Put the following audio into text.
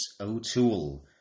O'Toole